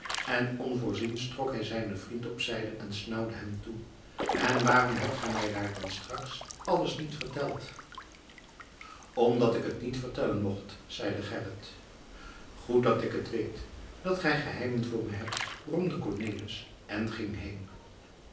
en onvoorziens trok hij zijne vriend opzijde en snauwde hem toe en waarom hebt gij me dat daar straks alles niet verteld omdat ik het niet vertellen mocht zeide gerrit goed dat ik het weet dat gij geheimen voor me hebt bromde cornelis en ging heen